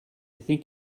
think